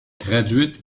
traduite